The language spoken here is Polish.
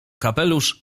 kapelusz